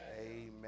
Amen